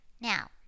now